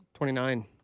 29